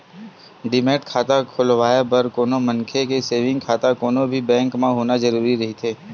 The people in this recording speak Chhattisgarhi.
डीमैट खाता खोलवाय बर कोनो मनखे के सेंविग खाता कोनो भी बेंक म होना जरुरी रहिथे